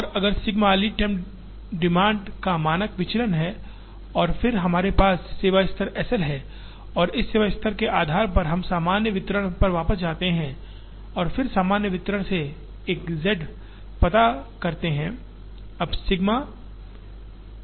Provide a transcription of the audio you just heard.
और अगर sigma lead time demand का मानक विचलन है और फिर हमारे पास सेवा स्तर SL है और इस सेवा स्तर के आधार पर हम सामान्य वितरण पर वापस जाते हैं और फिर सामान्य वितरण से एक z पता करते हैं